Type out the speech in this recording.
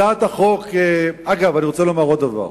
אני רוצה לומר עוד דבר.